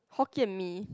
Hokkien Mee